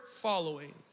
following